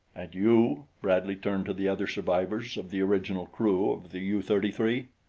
and you? bradley turned to the other survivors of the original crew of the u thirty three.